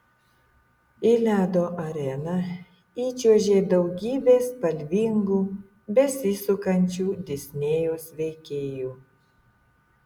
į ledo areną įčiuožė daugybė spalvingų besisukančių disnėjaus veikėjų